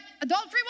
adultery